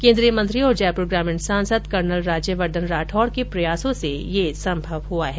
केन्द्रीय मंत्री और जयपुर ग्रामीण सांसद कर्नल राज्यवर्द्वन राठौड के प्रयासों से ये संभव हुआ है